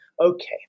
Okay